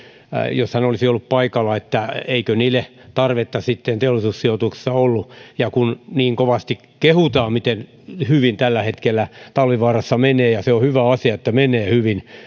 jos hän olisi ollut paikalla eikö niille ollut sitten teollisuussijoituksessa tarvetta ja kun niin kovasti kehutaan miten hyvin tällä hetkellä talvivaarassa menee ja se on hyvä asia että menee hyvin